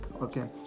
okay